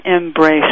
embrace